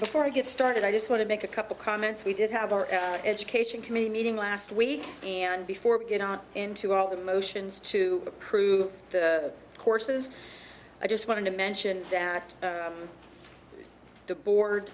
before i get started i just want to make a couple comments we did have our education committee meeting last week and before we get into all the motions to approve the courses i just wanted to mention that the board